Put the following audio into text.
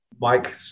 Mike